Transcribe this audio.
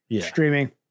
streaming